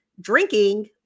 drinking